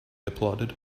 applauded